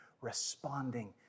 responding